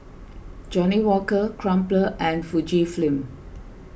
Johnnie Walker Crumpler and Fujifilm